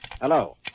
Hello